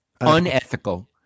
Unethical